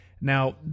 Now